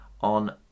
on